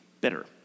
bitter